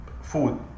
food